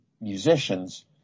musicians